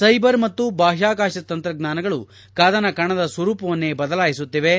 cyber ಮತ್ತು ಬಾಹ್ಕಾಕಾಶ ತಂತ್ರಜ್ಞಾನಗಳು ಕದನ ಕಣದ ಸ್ವರೂಪವನ್ನೇ ಬದಲಾಯಿಸುತ್ತಿವೆ